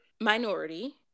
minority